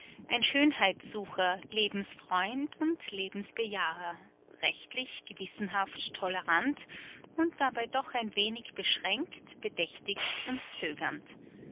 ein schönheitssucher lebensfreund und lebensbejaher rechtlich gewissenhaft tolerant und dabei doch ein wenig beschränkt bedächtig und zögernd